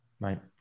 Right